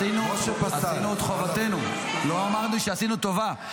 עשינו את חובתנו, לא אמרתי שעשינו טובה.